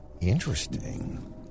Interesting